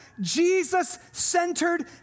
Jesus-centered